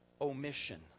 omission